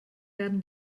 werden